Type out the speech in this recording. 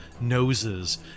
noses